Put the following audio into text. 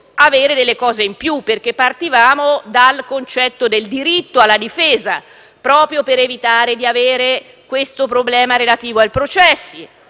avere delle garanzie in più, perché partivamo dal concetto del diritto alla difesa, proprio per evitare il problema relativo ai processi,